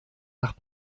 nach